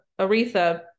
Aretha